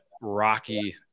rocky